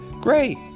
Great